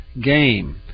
game